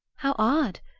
how odd!